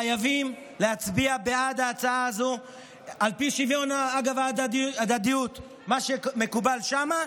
חייבים להצביע בעד ההצעה הזו על פי שוויון ההדדיות: מה שמקובל שם,